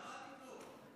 מה לגנוב?